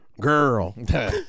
Girl